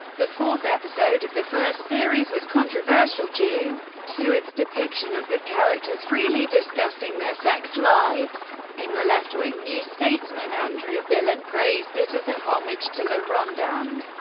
the fourth episode of the first series was controversial due to its depiction of the characters freely discussing their sex lives in the left-wing new statesman, andrew billen praised it as a homage to la ronde and,